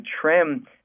trim